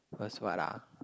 was what ah